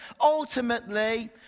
Ultimately